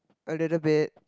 a little bit